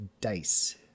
dice